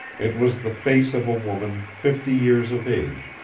it was the face of a woman fifty years of age,